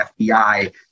FBI